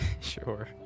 Sure